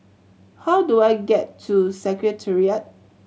how do I get to Secretariat